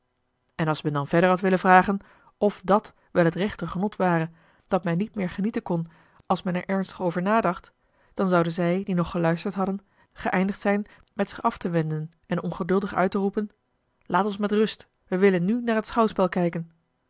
en als men dan verder had willen vragen of dàt wel het rechte genot ware dat men niet meer genieten kon als men er ernstig over nadacht dan zouden zij die nog geluisterd hadden geëindigd zijn met zich af te wenden en ongeduldig uit te roepen laat ons met rust wij willen nu naar het schouwspel kijken